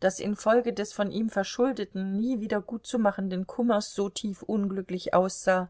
das infolge des von ihm verschuldeten nie wiedergutzumachenden kummers so tief unglücklich aussah